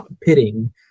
pitting